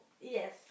Yes